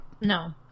No